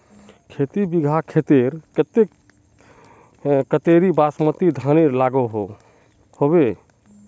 खेती बिगहा खेतेर केते कतेरी बासमती धानेर लागोहो होबे?